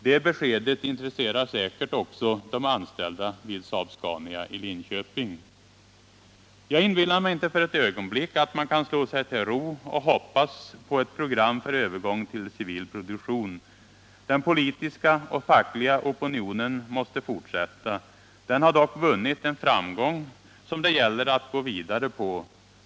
Det beskedet intresserar säkert också de anställda vid Saab-Scania i Linköping. Jag inbillar mig inte för ett ögonblick att man kan slå sig till rooch hoppas på ett program för övergång till civil produktion. Den politiska och fackliga opinionen måste fortsätta. Den har dock vunnit en framgång som det gäller att gå vidare på.